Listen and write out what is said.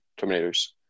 terminators